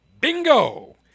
Bingo